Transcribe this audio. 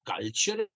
culture